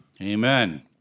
Amen